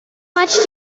much